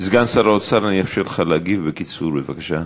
סגן שר האוצר, אני אאפשר לך להגיב בקיצור, בבקשה,